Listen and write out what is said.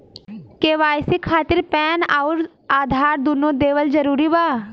KYC खातिर PAN आउर आधार दुनों देवल जरूरी बा?